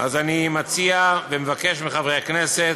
אז אני מציע ומבקש מחברי הכנסת,